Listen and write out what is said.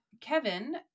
Kevin